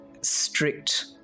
strict